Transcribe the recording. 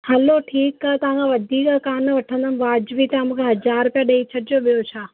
हलो ठीकु आहे तव्हांखां वधीक कान वठंदमि वाजिबी तव्हां मूंखे हज़ारु रुपया ॾेई छॾिजो ॿियो छा